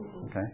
Okay